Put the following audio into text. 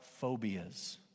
phobias